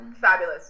fabulous